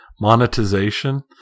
monetization